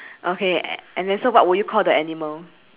okay and and then so what would you call the animal